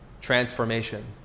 transformation